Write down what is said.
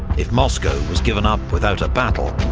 if moscow was given up without a battle,